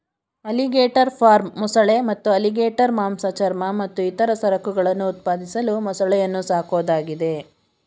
alligator farm ಮೊಸಳೆ ಮತ್ತು alligator ಮಾಂಸ ಚರ್ಮ ಮತ್ತು ಇತರ ಸರಕುಗಳನ್ನು ಉತ್ಪಾದಿಸಲು ಮೊಸಳೆಯನ್ನು ಸಾಕೋದಾಗಿದೆ